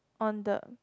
on the